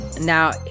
Now